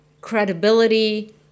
credibility